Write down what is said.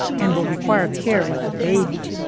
and will require care like a baby.